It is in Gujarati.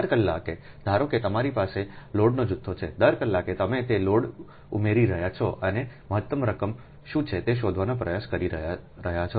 દર કલાકે ધારો કે તમારી પાસે લોડનાં જૂથો છે દર કલાકે તમે તે લોડ ઉમેરી રહ્યા છો અને મહત્તમ રકમ શું છે તે શોધવાનો પ્રયાસ કરી રહ્યાં છો